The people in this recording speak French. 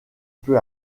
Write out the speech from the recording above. peu